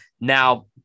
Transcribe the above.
Now